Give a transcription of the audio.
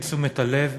את תשומת הלב,